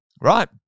right